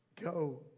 Go